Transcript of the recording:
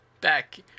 Back